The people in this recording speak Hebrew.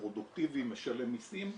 פרודוקטיבי, משלם מיסים,